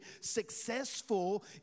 successful